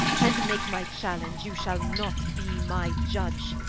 and make my challenge, you shall not be my iudge.